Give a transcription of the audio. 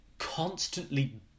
constantly